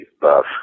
buff